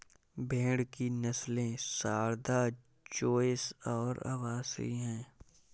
भेड़ की नस्लें सारदा, चोइस और अवासी हैं